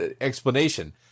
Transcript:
explanation